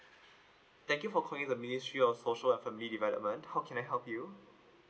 thank you for calling the ministry of social and family development how can I help you